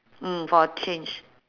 mm for a change